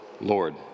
Lord